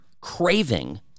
craving